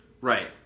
Right